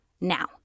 now